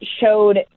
showed